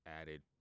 added